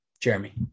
Jeremy